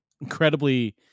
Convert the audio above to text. incredibly